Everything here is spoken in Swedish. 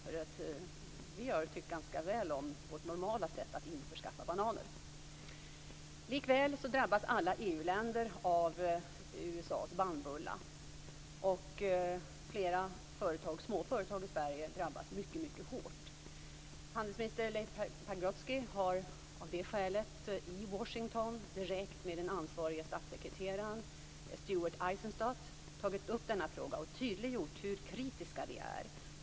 Vi har tyckt ganska väl om vårt normala sätt att införskaffa bananer. Likväl drabbas alla EU-länder av USA:s bannbulla, och flera småföretag i Sverige drabbas mycket hårt. Handelsminister Leif Pagrotsky har av det skälet i Washington direkt med den ansvarige statssekreteraren Steward Eisenstadt tagit upp denna fråga och tydliggjort hur kritiska vi är.